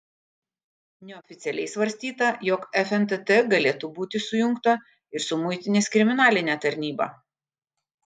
neoficialiai svarstyta jog fntt galėtų būti sujungta ir su muitinės kriminaline tarnyba